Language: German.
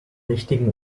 richtigen